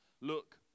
Look